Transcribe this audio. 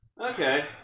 Okay